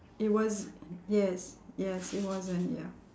it was yes yes it wasn't ya